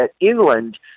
inland